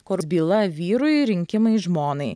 kur byla vyrui rinkimai žmonai